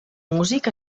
músic